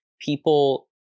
people